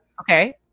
Okay